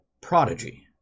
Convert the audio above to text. Prodigy